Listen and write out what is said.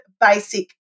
basic